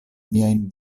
miajn